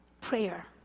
prayer